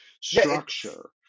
structure